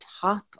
top